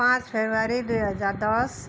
पाँच फेरवरी दुई हजार दस